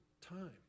time